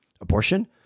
Abortion